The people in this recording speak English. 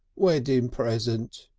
weddin' present,